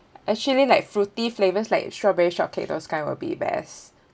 actually like fruity flavours like strawberry shortcake those kind will be best